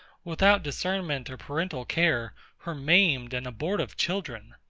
without discernment or parental care, her maimed and abortive children!